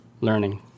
learning